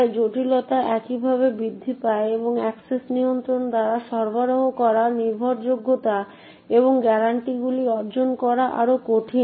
তাই জটিলতা একইভাবে বৃদ্ধি পায় এবং অ্যাক্সেস নিয়ন্ত্রণের দ্বারা সরবরাহ করা নির্ভরযোগ্যতা এবং গ্যারান্টিগুলি অর্জন করা আরও কঠিন